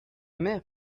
mère